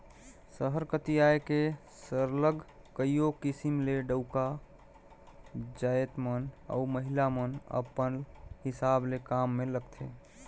सहर कती आए के सरलग कइयो किसिम ले डउका जाएत मन अउ महिला मन अपल हिसाब ले काम में लगथें